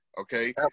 okay